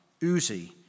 Uzi